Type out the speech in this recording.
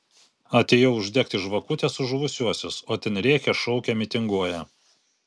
atėjau uždegti žvakutės už žuvusiuosius o ten rėkia šaukia mitinguoja